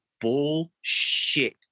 bullshit